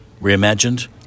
reimagined